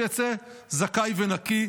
שיצא זכאי ונקי,